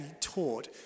taught